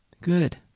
Good